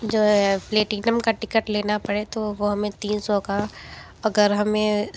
जो है प्लेटीनम का टिकेट लेना पड़े तो वो हमें तीन सौ का अगर हमें